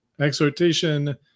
Exhortation